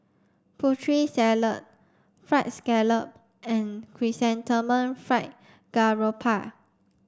Putri Salad fried scallop and Chrysanthemum Fried Garoupa